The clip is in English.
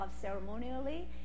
ceremonially